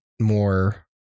more